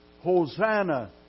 Hosanna